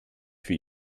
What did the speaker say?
für